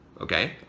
Okay